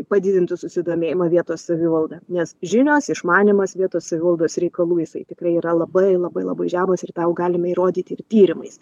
padidintų susidomėjimą vietos savivalda nes žinios išmanymas vietos savivaldos reikalų jisai tikrai yra labai labai labai žemas ir tą jau galime įrodyti ir tyrimais